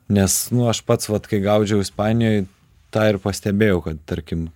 nes nu aš pats vat kai gaudžiau ispanijoj tą ir pastebėjau kad tarkim